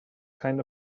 kind